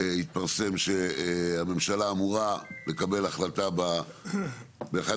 התפרסם שהממשלה אמורה לקבל החלטה באחת